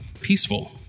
peaceful